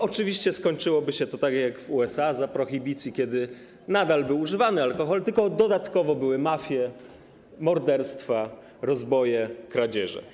Oczywiście skończyłoby się to tak jak w USA za prohibicji, kiedy nadal był używany alkohol tylko dodatkowo były mafie, morderstwa, rozboje, kradzieże.